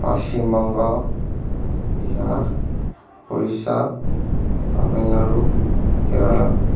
Paschimbanga Bihar Orissa Tamil Nadu Kerala